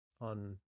on